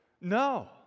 No